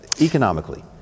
economically